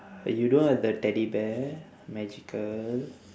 you don't have the teddy bear magical